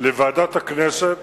לוועדת הכנסת,